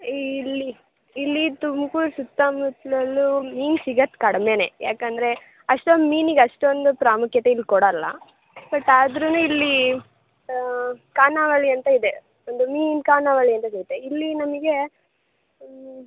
ಇಲ್ಲಿ ಇಲ್ಲಿ ತುಮಕೂರ್ ಸುತ್ತ ಮುತ್ತಲೂ ಮೀನು ಸಿಗದು ಕಡ್ಮೆ ಯಾಕೆಂದ್ರೆ ಅಷ್ಟೊಂದು ಮೀನಿಗೆ ಅಷ್ಟೊಂದು ಪ್ರಾಮುಖ್ಯತೆ ಇಲ್ಲಿ ಕೊಡಲ್ಲ ಬಟ್ ಅದ್ರೂ ಇಲ್ಲಿ ಖಾನಾವಳಿ ಅಂತ ಇದೆ ಒಂದು ಮೀನಿನ ಖಾನಾವಳಿ ಅನ್ನೋದಿರುತ್ತೆ ಇಲ್ಲಿ ನಮಗೆ